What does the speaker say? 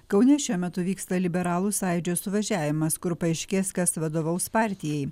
kaune šiuo metu vyksta liberalų sąjūdžio suvažiavimas kur paaiškės kas vadovaus partijai